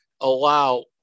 allow